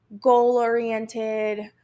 goal-oriented